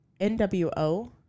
NWO